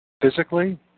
physically